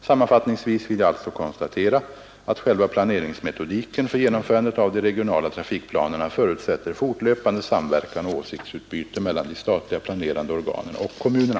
Sammanfattningsvis vill jag alltså konstatera att själva planeringsmetodiken för genomförandet av de regionala trafikplanerna förutsätter fortlöpande samverkan och åsiktsutbyte mellan de statliga planerande organen och kommunerna.